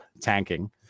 tanking